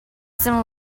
some